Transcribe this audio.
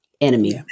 Enemy